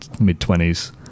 mid-twenties